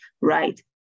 right